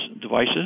devices